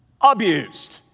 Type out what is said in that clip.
abused